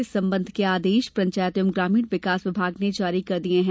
इस संबंध के आदेश पंचायत एवं ग्रामीण विकास विभाग ने जारी कर दिये है